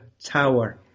tower